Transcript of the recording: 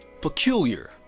peculiar